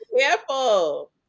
careful